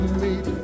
meet